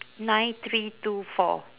nine three two four